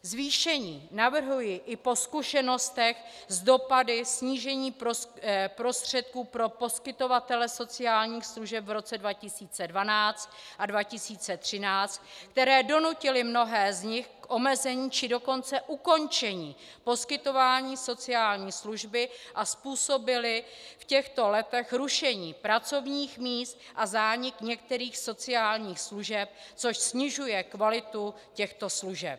Zvýšení navrhuji i po zkušenostech s dopady snížení prostředků pro poskytovatele sociálních služeb v roce 2012 a 2013, které donutily mnohé z nich k omezení, či dokonce ukončení poskytování sociální služby a způsobily v těchto letech rušení pracovních míst a zánik některých sociálních služeb, což snižuje kvalitu těchto služeb.